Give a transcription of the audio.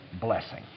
blessing